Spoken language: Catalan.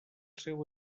seu